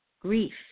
grief